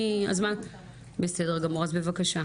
אז בבקשה.